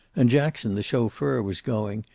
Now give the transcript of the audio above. and jackson, the chauffeur, was going,